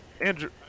Andrew